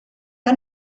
que